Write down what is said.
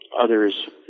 others